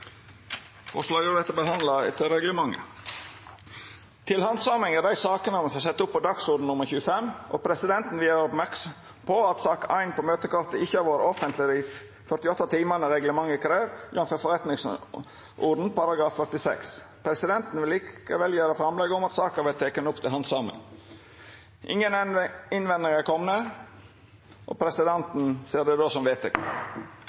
Presidenten vil gjera merksam på at sak nr. 1 på møtekartet ikkje har vore offentleg i dei 48 timane reglementet krev, jf. § 46 i forretningsordenen. Presidenten vil likevel gjera framlegg om at saka vert teken opp til handsaming. Ingen innvendingar er komne mot det. – Presidenten ser det som vedteke.